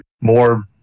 more